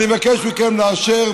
אני מבקש מכם לאשר,